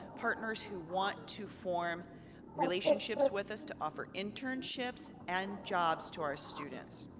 partners who want to form relationships with us to offer internships and jobs to our students.